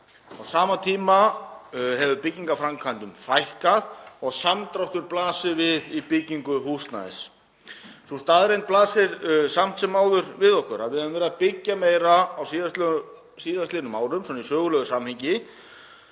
Á sama tíma hefur byggingarframkvæmdum fækkað og samdráttur blasir við í byggingu húsnæðis. Sú staðreynd blasir samt sem áður við okkur að við höfum verið að byggja meira á síðastliðnum árum, svona í sögulegu samhengi,